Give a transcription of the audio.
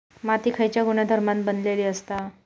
माती खयच्या गुणधर्मान बनलेली असता?